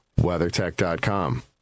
WeatherTech.com